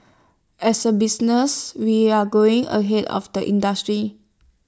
as A business we're growing ahead of the industry